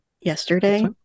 yesterday